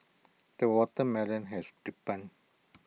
the watermelon has ripened